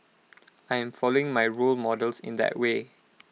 I am following my role models in that way